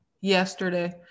yesterday